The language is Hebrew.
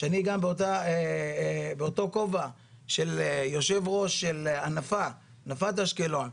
שאני גם באותו כובע של יושב ראש של הנפה נפת אשקלון,